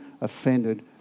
offended